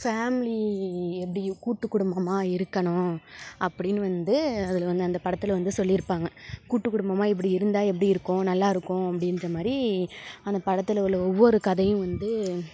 family எப்படி கூட்டு குடும்பமாக இருக்கனும் அப்படின் வந்து அதில் வந்து அந்த படத்தில் வந்து சொல்லிருப்பாங்க கூட்டு குடும்பமாக இப்படி இருந்தால் எப்படி இருக்கும் நல்லாருக்கும் அப்படின்ற மாதிரி அந்த படத்தில் உள்ள ஒவ்வொரும் கதையும் வந்து